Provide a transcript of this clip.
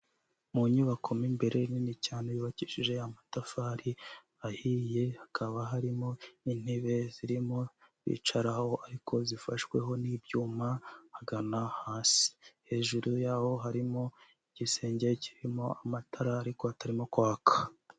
Mu nyubako mo imbere nini cyane yubakishije amatafari ahiye, hakaba harimo intebe zirimo bicaraho ariko zifashweho n'ibyuma ahagana hasi, hejuru yaho harimo igisenge kirimo amatara ariko atarimo kwaka.